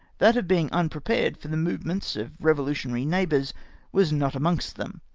that of being unprepared for the movements of revolutionary neighbours was not amongst them,